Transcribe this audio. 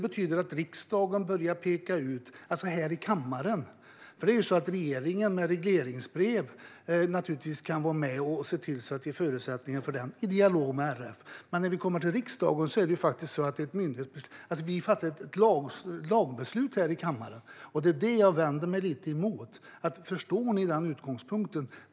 Regeringen kan med regleringsbrev vara med och ge förutsättningar för idrottsrörelsen, i dialog med RF. Men här i riksdagen, i den här kammaren, fattar vi lagbeslut. Förstår ni utgångspunkten?